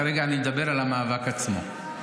כרגע אני מדבר על המאבק עצמו,